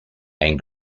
and